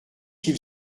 qu’il